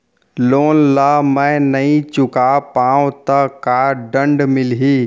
Loan ला मैं नही चुका पाहव त का दण्ड मिलही?